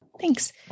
Thanks